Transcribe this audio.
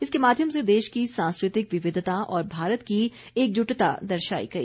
इसके माध्यम से देश की सांस्कृतिक विविधता और भारत की एकजुटता दर्शाई गई